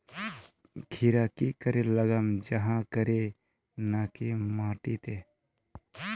खीरा की करे लगाम जाहाँ करे ना की माटी त?